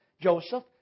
Joseph